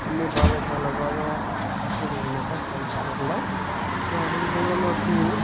అన్నీ బాగా చాలా బాగా ఇస్తుందనమాట ఫండ్స్తో కూడా సో అదేవిధంగా మాకూ